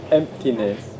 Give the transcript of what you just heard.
emptiness